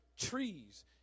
trees